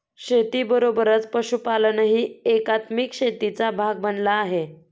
शेतीबरोबरच पशुपालनही एकात्मिक शेतीचा भाग बनला आहे